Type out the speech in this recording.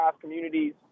communities